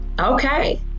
Okay